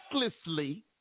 recklessly